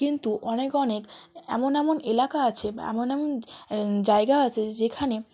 কিন্তু অনেক অনেক এমন এমন এলাকা আছে বা এমন এমন জায়গা আছে যেখানে